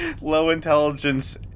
low-intelligence